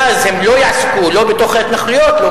ואז הם לא יעסקו לא בתוך ההתנחלויות ולא